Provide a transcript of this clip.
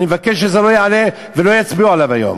אני מבקש שזה לא יעלה ולא יצביעו עליו היום.